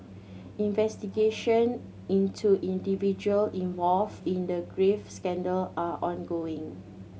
investigation into individual involved in the graft scandal are ongoing